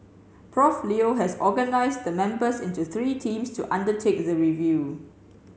Prof Leo has organised the members into three teams to undertake the review